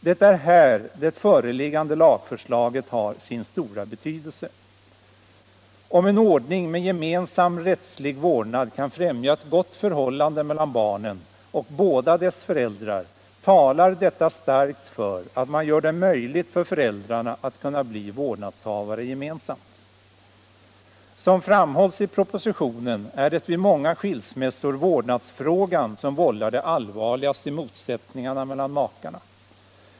Det är här det föreliggande lagförslaget har sin stora betydelse. Om en ordning med gemensam rättslig vårdnad kan främja ett gott förhållande mellan barnen och båda deras föräldrar talar detta starkt för att man gör det möjligt för föräldrarna att bli vårdnadshavare gemensamt. Som framhålls i propositionen är det vid många skilsmässor vårdnadsfrågan som vållar de allvarligaste motsättningarna mellan makarna.